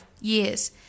years